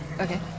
Okay